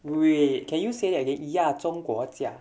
wait can you say that again 亚中国家